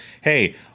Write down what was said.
hey